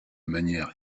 manière